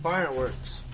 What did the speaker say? Fireworks